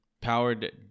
Powered